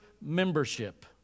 membership